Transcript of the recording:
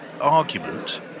argument